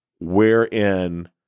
wherein